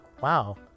wow